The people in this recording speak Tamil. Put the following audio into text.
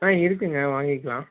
ஆ இருக்குதுங்க வாங்கிக்கலாம்